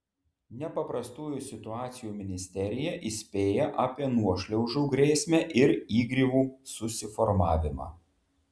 nepaprastųjų situacijų ministerija įspėja apie nuošliaužų grėsmę ir įgriuvų susiformavimą